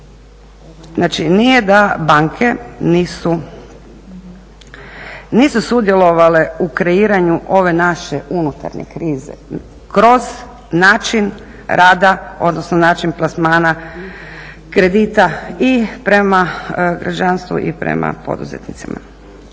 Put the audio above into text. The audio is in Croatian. Znači, nije da banke nisu sudjelovale u kreiranju ove naše unutarnje krize kroz način rada, odnosno način plasmana kredita i prema građanstvu i prema poduzetnicima.